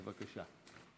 בבקשה.